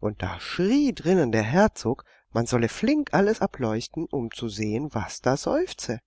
und da schrie drinnen der herzog man solle flink alles ableuchten um zu sehen was da seufze